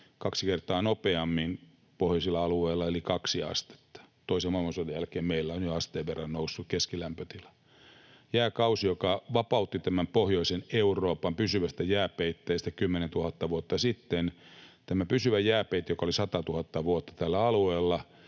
kaksi kertaa nopeammin eli 2 astetta — toisen maailmansodan jälkeen meillä on keskilämpötila jo asteen verran noussut. Jääkauden päättyminen vapautti tämän pohjoisen Euroopan pysyvästä jääpeitteestä 10 000 vuotta sitten, ja tämä pysyvä jääpeite, joka oli 100 000 vuotta tällä alueella,